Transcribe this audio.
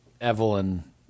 evelyn